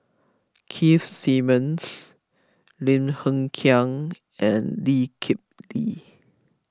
Keith Simmons Lim Hng Kiang and Lee Kip Lee